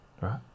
right